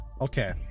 Okay